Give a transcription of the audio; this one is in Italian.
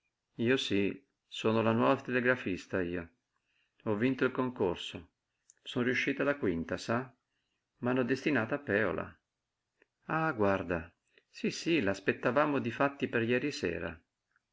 io sí sono la nuova telegrafista io ho vinto il concorso son riuscita la quinta sa m'hanno destinata a pèola ah guarda sí sí la aspettavamo difatti per jeri sera